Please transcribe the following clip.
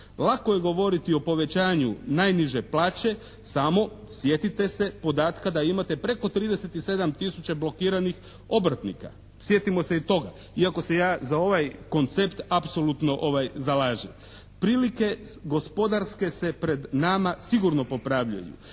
Lako je govoriti o povećanju najniže plaće samo sjetite se podatka da imate preko 37 tisuća blokiranih obrtnika. Sjetimo se i toga iako se ja za ovaj koncept apsolutno zalažem. Prilike gospodarske se pred nama sigurno popravljaju.